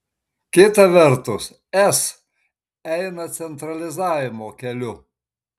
kita vertus es eina centralizavimo keliu